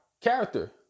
character